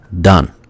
done